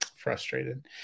frustrated